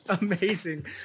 amazing